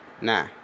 Nah